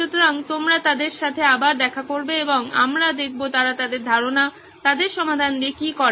সুতরাং তোমরা তাদের সাথে আবার দেখা করবে এবং আমরা দেখব তারা তাদের ধারণা তাদের সমাধান দিয়ে কী করে